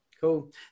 Cool